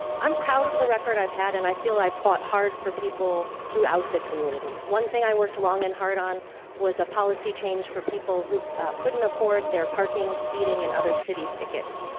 i'm proud of the record i have had, and i feel i have fought hard for people throughout the community. one thing i worked long and hard on was a policy change for people who couldn't afford their parking, speeding, and other city tickets.